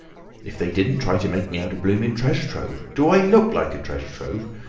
if they didn't try to make me out a blooming treasure trove! do i look like a treasure trove?